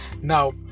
Now